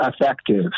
effective